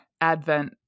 Advent